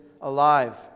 alive